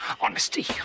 honesty